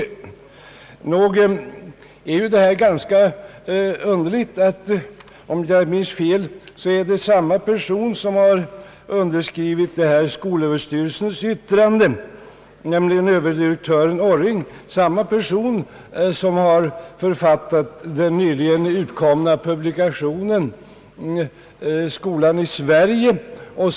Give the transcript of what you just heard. Nog är det uttalandet ganska underligt. Om jag inte minns fel är det samma person, överdirektör Jonas Orring, som har skrivit under detta Sö:s yttrande och författat den nyligen utkomna publikationen Skolan i Sverige.